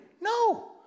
No